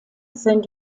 sind